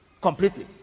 Completely